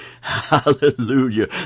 hallelujah